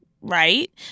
right